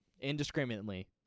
indiscriminately